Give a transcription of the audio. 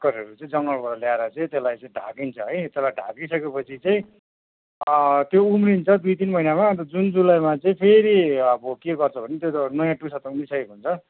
पत्करहरू चाहिँ जङ्गलबाट ल्याएर चाहिँ त्यसलाई चाहिँ ढाकिन्छ है त्यसलाई ढाकिसक्यो पछि चाहिँ त्यो उम्रिन्छ दुई तिन महिनामा अन्त जुन जुलाईमा चाहिँ फेरि अब के गर्छ भने त्यो त नयाँ टुसा त उम्रिसकेको हुन्छ